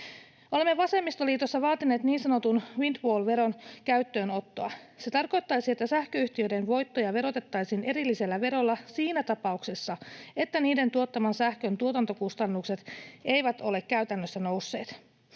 Olemme vasemmistoliitossa vaatineet niin sanotun windfall-veron käyttöönottoa. Se tarkoittaisi, että sähköyhtiöiden voittoja verotettaisiin erillisellä verolla siinä tapauksessa, että niiden tuottaman sähkön tuotantokustannukset eivät ole käytännössä nousseet.